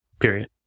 period